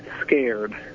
scared